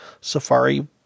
Safari